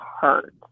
hurt